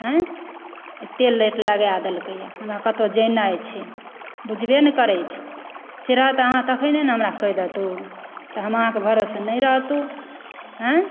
आयँ एतए लेट लगा देलकयए हमरा कतहुँ जेनाइ छै बुझबय नहि करै छै से रहै तऽ अहॉँ तखने न हमरा कहि दयतहुँ तऽ हम अहाँकेँ भरोसे नहि रहितहुँ आयँ